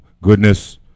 goodness